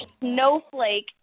snowflake